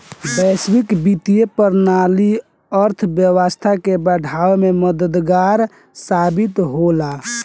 वैश्विक वित्तीय प्रणाली अर्थव्यवस्था के बढ़ावे में मददगार साबित होला